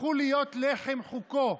הפכו להיות לחם חוקו,